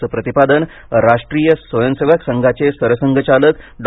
असं प्रतिपादन राष्ट्रीय स्वयंसेवक संघाचे सरसंघचालक डॉ